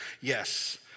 yes